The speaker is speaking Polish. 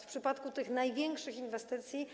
W przypadku tych największych inwestycji.